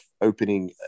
opening